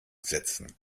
setzen